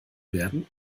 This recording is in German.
werden